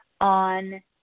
on